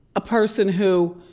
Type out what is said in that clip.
a person who.